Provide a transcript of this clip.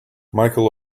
michael